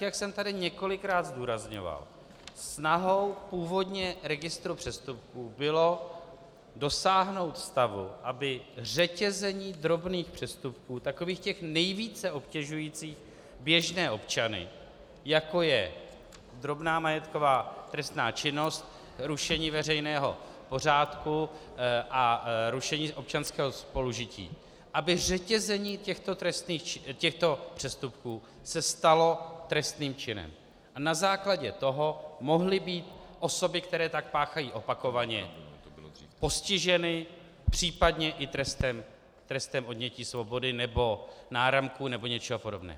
Jak jsem tady několikrát zdůrazňoval, snahou původně registru přestupků bylo dosáhnout stavu, aby řetězení drobných přestupků, takových těch nejvíce obtěžujících běžné občany, jako je drobná majetková trestná činnost, rušení veřejného pořádku a rušení občanského spolužití, se stalo trestným činem a na základě toho mohly být osoby, které tak páchají opakovaně, postiženy případně i trestem odnětí svobody nebo náramku nebo něčeho podobného.